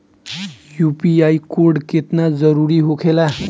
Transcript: UPI code केतना जरुरी होखेला?